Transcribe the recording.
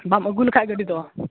ᱵᱟᱢ ᱟᱹᱜᱩ ᱞᱮᱠᱷᱟᱡ ᱜᱟᱹᱰᱤ ᱫᱚ